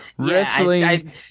Wrestling